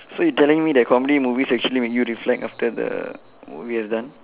so you telling me that comedy movies actually make you reflect after the movie is done